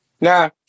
Now